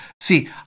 See